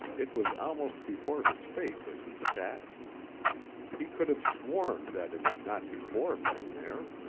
it was almost before his face as he sat he could have sworn that it had not before been there.